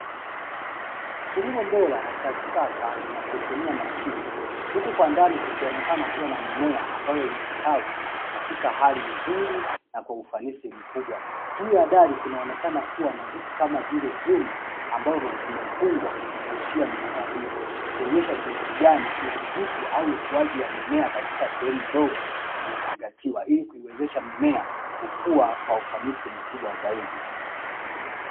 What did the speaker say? Kilimo bora na cha kisasa kinachotumia mashine, huku kwa ndani kukionekana kuwa na mimea ambayo imestawi katika hali nzuri na kwa ufanisi mkubwa. Juu ya dari kunaonekana kuwa na vitu kama vile vyuma ambavyo vimefungwa kuzungushia mimea hiyo, ikionyesha jinsi gani udhibiti au ukuaji wa mimea katika sehemu ndogo umezingatiwa ili kuiwezesha mimea kukua kwa ufanisi mkubwa zaidi.